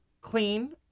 clean